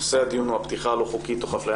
נושא הדיון הוא הפתיחה הלא חוקית תוך אפליה